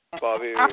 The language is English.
Bobby